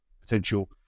potential